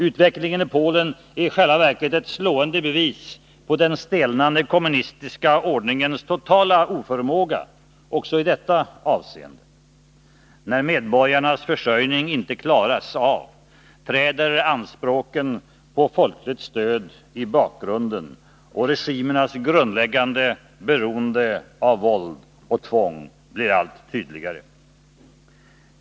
Utvecklingen i Polen är i själva verket ett slående bevis på den stelnande kommunistiska ordningens totala oförmåga också i detta avseende. När medborgarnas försörjning inte klaras av, träder anspråken på folkligt stöd i bakgrunden, och regimernas grundläggande beroende av våld och tvång blir allt tydligare.